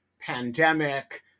pandemic